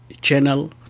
channel